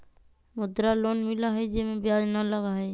मुद्रा लोन मिलहई जे में ब्याज न लगहई?